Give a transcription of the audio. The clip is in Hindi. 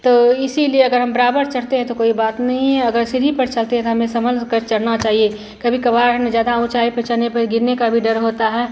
तो इसीलिए अगर हम बराबर चढ़ते हैं तो कोई बात नहीं है अगर सीढ़ी पर चढ़ते हैं तो हमें संभलकर चढ़ना चाहिए कभी कभार हमें ज़्यादा ऊँचाई पर चढ़ने पर गिरने का भी डर होता है